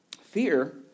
fear